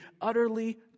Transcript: utterly